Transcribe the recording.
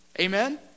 Amen